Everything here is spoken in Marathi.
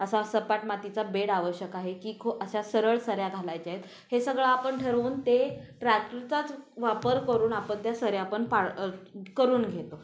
असा सपाट मातीचा बेड आवश्यक आहे की खो अशा सरळ सऱ्या घालायच्या आहेत हे सगळं आपण ठरवून ते ट्रॅक्टरचाच वापर करून आपण त्या सऱ्या पण पाळ करून घेतो